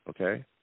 okay